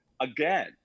again